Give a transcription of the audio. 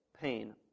pain